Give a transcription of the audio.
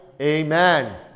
Amen